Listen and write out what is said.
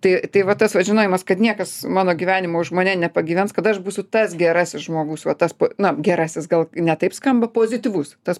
tai tai va tas vat žinojimas kad niekas mano gyvenimo už mane nepagyvens kada aš būsiu tas gerasis žmogus va tas na gerasis gal ne taip skamba pozityvus tas